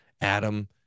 Adam